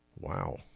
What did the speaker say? Wow